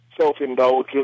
self-indulgent